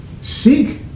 Seek